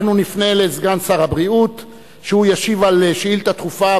אנחנו נפנה לסגן שר הבריאות שהוא ישיב על שאילתא דחופה,